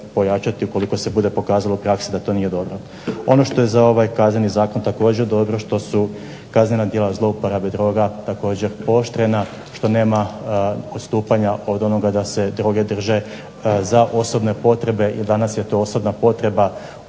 pojačati ukoliko se bude pokazalo u praksi da to nije dobro. Ono što je za ovaj Kazneni zakon također dobro što su kaznena djela zlouporabe droga također pooštrena, što nema odstupanja od onoga da se droge drže za osobne potrebe, jer danas je to osobna potreba,